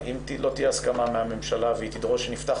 התשפ"א-2020 שמספרה פ/1058/23 של חברת הכנסת עאידה תומא